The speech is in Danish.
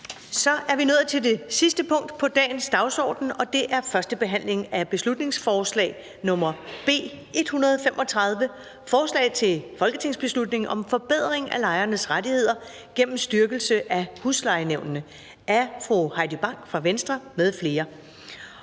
Det er vedtaget. --- Det sidste punkt på dagsordenen er: 7) 1. behandling af beslutningsforslag nr. B 135: Forslag til folketingsbeslutning om forbedring af lejernes rettigheder gennem styrkelse af huslejenævnene. Af Heidi Bank (V) m.fl.